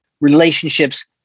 relationships